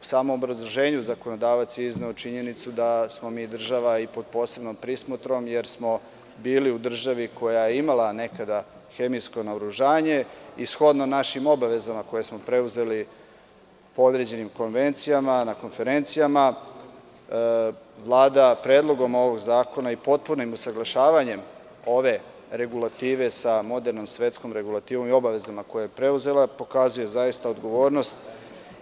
U samom obrazloženju zakonodavac je izneo činjenicu da smo mi država i pod posebnom prismotrom jer smo bili u državi koja je imala nekada hemijsko naoružanje i, shodno našim obavezama koje smo preuzeli određenim konvencijama na konferencijama, Vlada predlogom ovog zakona i potpunim usaglašavanjem ove regulative sa modernom svetskom regulativom i obavezama koje je preuzela, pokazuje zaista odgovornost